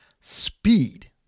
speed